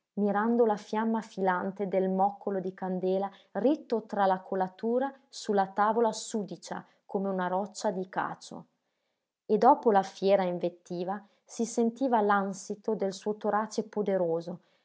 mirando la fiamma filante del moccolo di candela ritto tra la colatura su la tavola sudicia come una roccia di cacio e dopo la fiera invettiva si sentiva l'ansito del suo torace poderoso